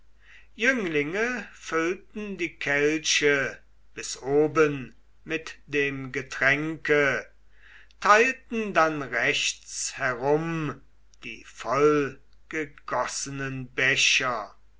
jünglinge füllten die kelche bis oben mit dem getränke teilten dann rechts herum die vollgegossenen becher